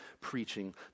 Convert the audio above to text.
preaching